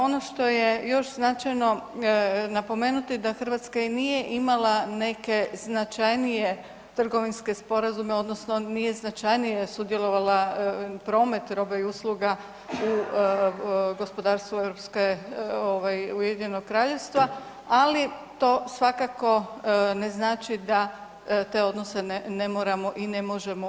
Ono što je još značajno napomenuti, da Hrvatska i nije imala neke značajnije trgovinske sporazume, odnosno nije značajnije sudjelovala promet roba i usluga u gospodarstvu europske, UK-a, ali to svakako ne znači da te odnose ne moramo i ne možemo uspostavljati.